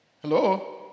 hello